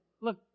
look